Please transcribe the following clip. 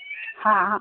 हाँ आ